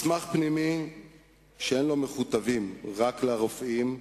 מסמך פנימי שאין לו מכותבים, רק לרופאים,